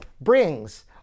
brings